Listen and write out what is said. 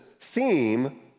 theme